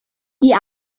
die